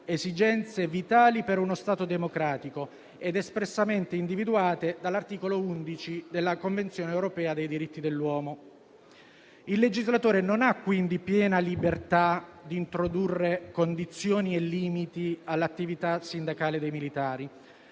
esigenze vitali per uno Stato democratico, espressamente individuate dall'articolo 11 della Convenzione europea dei diritti dell'uomo. Il legislatore non ha quindi piena libertà di introdurre condizioni e limiti all'attività sindacale dei militari,